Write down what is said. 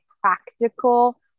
practical